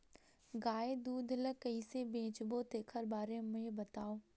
गाय दूध ल कइसे बेचबो तेखर बारे में बताओ?